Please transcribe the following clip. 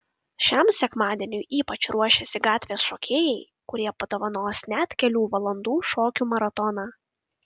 šiam sekmadieniui ypač ruošiasi gatvės šokėjai kurie padovanos net kelių valandų šokių maratoną